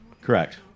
Correct